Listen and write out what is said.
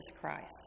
Christ